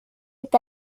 est